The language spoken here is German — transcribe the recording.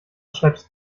schreibst